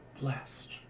blessed